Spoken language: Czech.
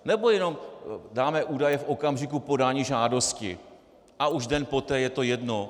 Nebo jenom dáme údaje v okamžiku podání žádosti a už den poté je to jedno?